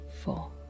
four